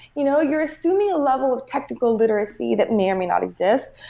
you know you're assuming a level of technical literacy that may or may not exist.